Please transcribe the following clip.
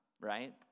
right